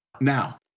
Now